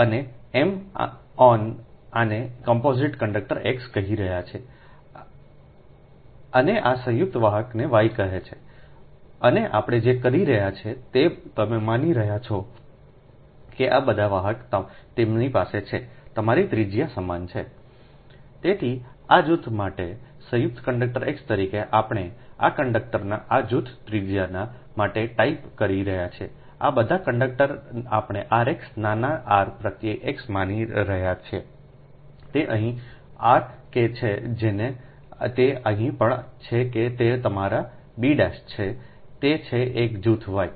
અને અમે આને કમ્પોઝિટ કંડક્ટર X કહી રહ્યાં છે અને આ સંયુક્ત વાહકોને Y કહે છે અને આપણે જે કરી રહ્યા છીએ તે તમે માની રહ્યા છો કે આ બધા વાહક તેમની પાસે છે તમારી ત્રિજ્યા સમાન છે તેથી આ જૂથ માટે સંયુક્ત કંડક્ટર X તરીકે આપણે આ કંડક્ટરના આ જૂથ ત્રિજ્યા માટે ટાઇપ કરી રહ્યા છીએ આ બધા કંડક્ટર આપણે rx નાના r પ્રત્યય X માની રહ્યા છીએ તે અહીં r્ક છે જ અને તે અહીં પણ છે કે તે તમારા b છે તે છે એક જૂથ વાય